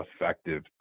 effective